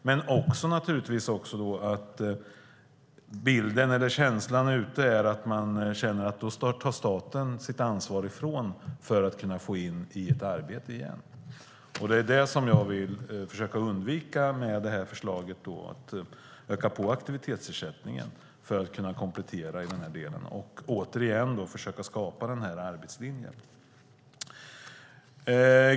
Den känsla man då får är att staten tar sitt ansvar ifrån att se till att man kommer in i arbete igen. Det är det jag vill att vi ska försöka undvika med förslaget att öka på aktivitetsersättningen som komplement. Återigen: Det handlar om att skapa arbetslinjen.